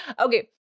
Okay